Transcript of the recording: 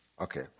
Okay